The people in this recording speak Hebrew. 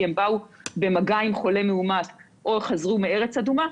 כי הם באו במגע עם חולה מאומת או חזרו מארץ אדומה,